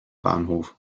bahnhof